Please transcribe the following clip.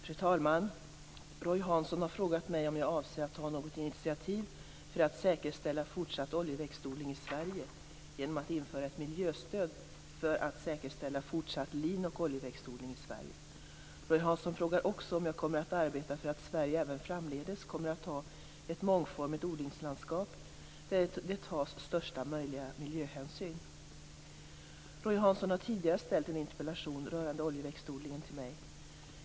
Fru talman! Roy Hansson har frågat mig om jag avser att ta något initiativ för att säkerställa fortsatt oljeväxtodling i Sverige genom att införa ett miljöstöd för att säkerställa fortsatt lin och oljeväxtodling i Sverige. Roy Hansson frågar också om jag kommer att arbeta för att Sverige även framdeles kommer att ha ett mångformigt odlingslandskap där det tas största möjliga miljöhänsyn. Roy Hansson har tidigare framställt en interpellation rörande oljeväxtodlingen till mig.